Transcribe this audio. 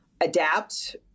Adapt